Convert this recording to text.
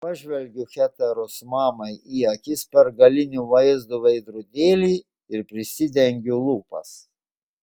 pažvelgiu heteros mamai į akis per galinio vaizdo veidrodėlį ir prisidengiu lūpas